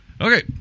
Okay